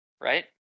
right